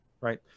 right